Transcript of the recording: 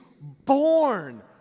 born